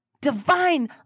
divine